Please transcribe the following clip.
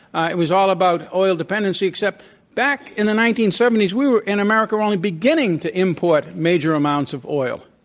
it was all about oil dependency, except back in the nineteen seventy s, we were in america only beginning to important major amounts of oil.